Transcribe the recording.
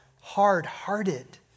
hard-hearted